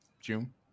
June